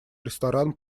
ресторан